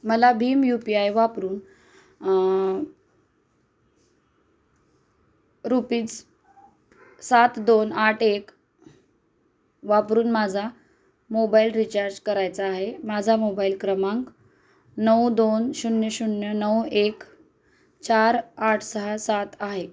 मला भीम U P I वापरून रुपीज सात दोन आठ एक वापरून माझा मोबाईल रिचार्ज करायचा आहे माझा मोबाईल क्रमांक नऊ दोन शून्य शून्य नऊ एक चार आठ सहा सात आहे